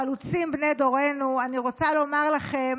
חלוצים בני דורנו, אני רוצה לומר לכם: